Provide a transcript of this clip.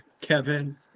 kevin